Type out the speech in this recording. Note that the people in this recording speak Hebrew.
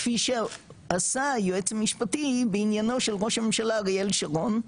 כפי שעשה היועץ המשפטי בעניינו של ראש הממשלה אריאל שרון,